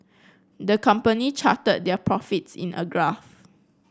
the company charted their profits in a graph